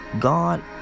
God